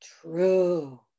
true